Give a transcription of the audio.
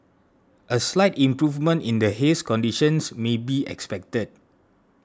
a slight improvement in the haze conditions may be expected